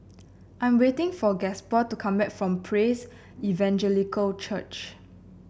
I am waiting for Gasper to come back from Praise Evangelical Church